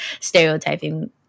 stereotyping